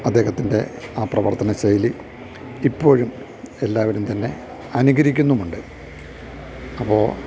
അദ്ദേഹത്തിൻ്റെ ആ പ്രവർത്തനശൈലി ഇപ്പോഴും എല്ലാവരും തന്നെ അനുകരിക്കുന്നുമുണ്ട് അപ്പോള്